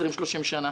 20 ו-30 שנה.